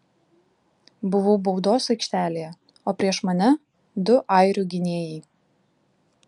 buvau baudos aikštelėje o prieš mane du airių gynėjai